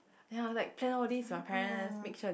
ya like plan all these with my parents make sure they